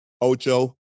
Ocho